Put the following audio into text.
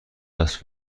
است